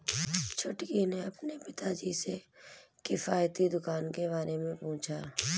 छुटकी ने अपने पिताजी से किफायती दुकान के बारे में पूछा